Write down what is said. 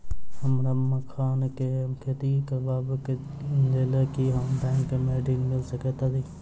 हमरा मखान केँ खेती करबाक केँ लेल की बैंक मै ऋण मिल सकैत अई?